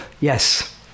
yes